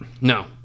no